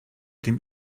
dem